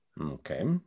okay